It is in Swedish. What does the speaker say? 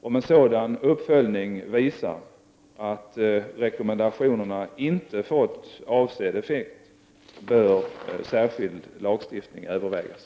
Om en sådan uppföljning visar att rekommendationerna inte fått avsedd effekt, bör särskild lagstiftning övervägas.